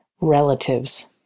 relatives